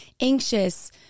anxious